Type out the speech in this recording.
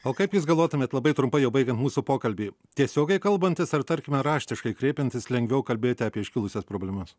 o kaip jūs galvotumėt labai trumpai jau baigiant mūsų pokalbį tiesiogiai kalbantis ar tarkime raštiškai kreipiantis lengviau kalbėti apie iškilusias problemas